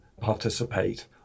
participate